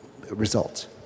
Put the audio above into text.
results